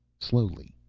slowly,